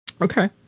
Okay